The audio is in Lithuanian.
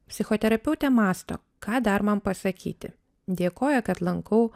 psichoterapeutė mąsto ką dar man pasakyti dėkoja kad lankau